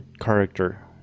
character